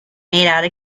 made